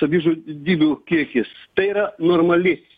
savižudybių kiekis tai yra normali